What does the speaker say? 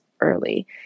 early